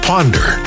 Ponder